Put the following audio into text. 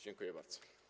Dziękuję bardzo.